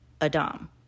Adam